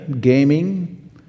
gaming